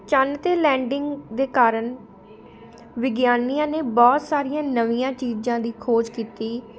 ਚੰਨ 'ਤੇ ਲੈਂਡਿੰਗ ਦੇ ਕਾਰਨ ਵਿਗਿਆਨੀਆਂ ਨੇ ਬਹੁਤ ਸਾਰੀਆਂ ਨਵੀਆਂ ਚੀਜ਼ਾਂ ਦੀ ਖੋਜ ਕੀਤੀ